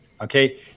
okay